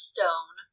Stone